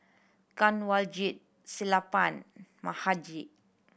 Kanwaljit Sellapan Mahade